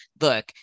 look